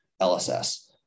LSS